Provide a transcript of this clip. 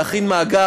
להכין מאגר.